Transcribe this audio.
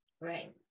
Right